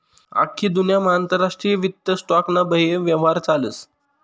आख्खी दुन्यामा आंतरराष्ट्रीय वित्त स्टॉक ना बये यव्हार चालस